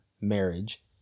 marriage